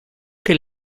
que